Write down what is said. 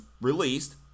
released